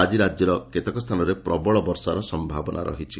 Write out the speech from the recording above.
ଆଜି ରାଜ୍ୟର କେତେକ ସ୍ଥାନରେ ପ୍ରବଳ ବର୍ଷାର ସୟାବନା ରହିଛି